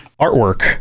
artwork